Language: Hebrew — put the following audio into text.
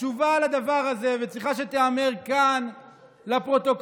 התשובה לדבר הזה וצריך שתיאמר כאן לפרוטוקול,